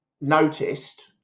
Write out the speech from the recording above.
noticed